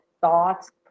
thoughts